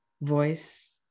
voice